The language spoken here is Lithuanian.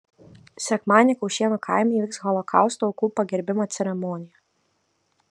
sekmadienį kaušėnų kaime įvyks holokausto aukų pagerbimo ceremonija